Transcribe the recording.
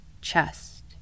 chest